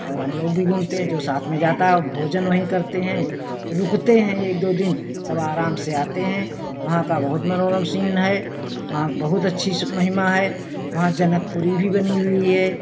और हम लोग भी घूमते हैं जो साथ में जाता है और भोजन वहीं करते हैं रुकते हैं एक दो दिन तब आराम से आते हैं वहाँ का बहुत मनोरम सीन है वहाँ की बहुत अच्छी महिमा है वहाँ जनकपुरी भी बनी हुई है